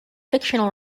fictional